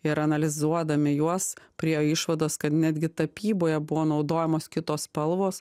ir analizuodami juos priėjo išvados kad netgi tapyboje buvo naudojamos kitos spalvos